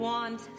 Want